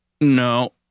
no